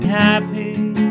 happy